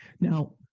Now